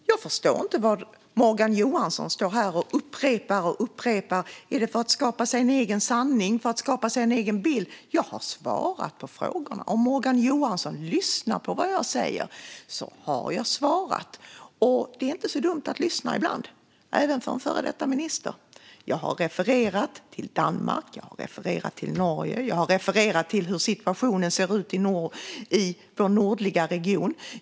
Fru talman! Jag förstår inte varför Morgan Johansson står här och upprepar och upprepar detta. Är det för att skapa sig en egen sanning och en egen bild? Jag har svarat på frågorna. Morgan Johansson borde lyssna på vad jag säger. Det är inte så dumt att lyssna ibland, även för en före detta minister. Jag har refererat till Danmark och Norge. Jag har refererat till hur situationen ser ut i vår nordliga region.